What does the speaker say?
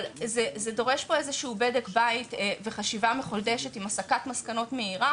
אבל זה דורש פה איזשהו בדק בית וחשיבה מחודשת עם הסקת מסקנות מהירה